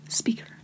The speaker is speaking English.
speaker